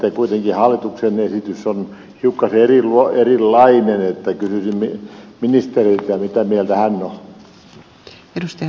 sitten kuitenkin hallituksen esitys on hiukkasen erilainen joten kysyisin ministeriltä mitä mieltä hän on